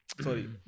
Sorry